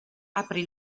apri